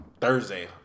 Thursday